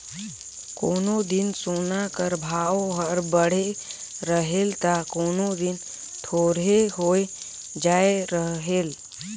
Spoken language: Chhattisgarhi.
कोनो दिन सोना कर भाव हर बढ़े रहेल ता कोनो दिन थोरहें होए जाए रहेल